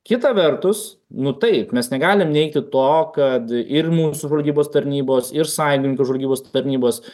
kita vertus nu taip mes negalim neigti to kad ir mūsų žvalgybos tarnybos ir sąjungininkų žvalgybos tarnybos